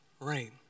rain